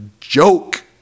joke